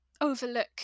overlook